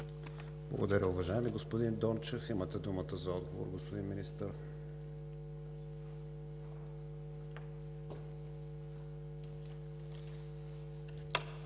Благодаря, уважаеми господин Дончев. Имате думата за отговор, господин Министър.